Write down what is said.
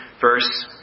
verse